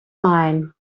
mine